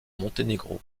monténégro